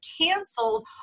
canceled